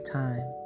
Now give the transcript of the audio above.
time